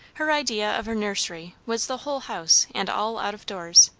her idea of a nursery was the whole house and all out of doors.